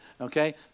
Okay